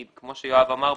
כמו שיואב אמר,